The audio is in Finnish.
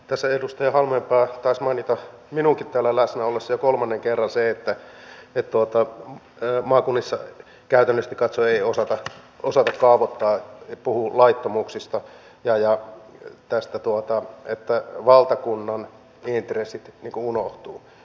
tässä edustaja halmeenpää taisi mainita minunkin täällä läsnä ollessani jo kolmannen kerran sen että maakunnissa käytännöllisesti katsoen ei osata kaavoittaa puhui laittomuuksista ja tästä että valtakunnan intressit unohtuvat